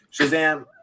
Shazam